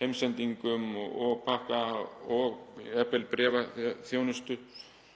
heimsendingum og pakka- og jafnvel bréfaþjónustu